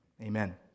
amen